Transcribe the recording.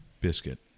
Biscuit